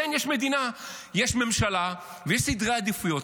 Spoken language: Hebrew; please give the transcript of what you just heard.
כן, יש מדינה, יש ממשלה ויש סדרי עדיפויות.